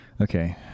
Okay